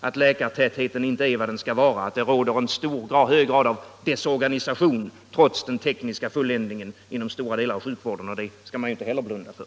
Att läkartätheten inte är vad den skall vara samt att det inom stora delar av sjukvården i hög grad råder en desorganisation trots den tekniska fulländningen skall man inte heller blunda för.